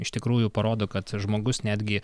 iš tikrųjų parodo kad žmogus netgi